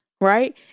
right